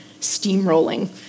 Steamrolling